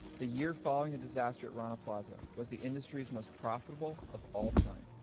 the year following the disaster at rana plaza was the industry's most profitable of all time.